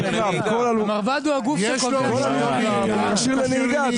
מרב"ד הוא הגוף שקובע אם אתה כשיר לנהיגה.